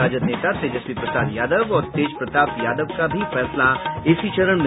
राजद नेता तेजस्वी प्रसाद यादव और तेज प्रताप यादव का भी फैसला इसी चरण में